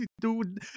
Dude